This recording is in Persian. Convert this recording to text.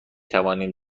توانیم